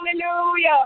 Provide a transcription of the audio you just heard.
hallelujah